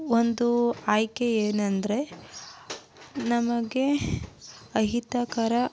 ಒಂದು ಆಯ್ಕೆ ಏನೆಂದರೆ ನಮಗೆ ಅಹಿತಕರ